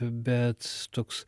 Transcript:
bet toks